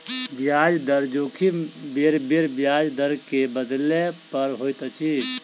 ब्याज दर जोखिम बेरबेर ब्याज दर के बदलै पर होइत अछि